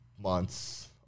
months